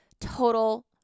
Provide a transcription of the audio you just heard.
total